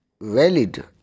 valid